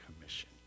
commission